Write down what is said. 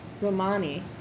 Romani